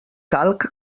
calc